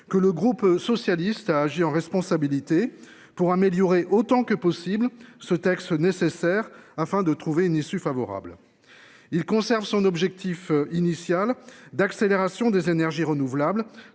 que le groupe socialiste a agi en responsabilité. Pour améliorer autant que possible ce texte nécessaire afin de trouver une issue favorable. Il conserve son objectif initial d'accélération des énergies renouvelables,